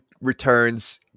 Returns